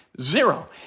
Zero